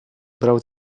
brał